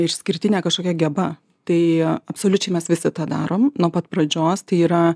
išskirtinė kažkokia geba tai absoliučiai mes visi tą darom nuo pat pradžios tai yra